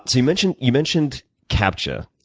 so you mentioned you mentioned captcha.